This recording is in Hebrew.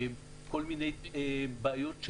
כל מיני בעיות,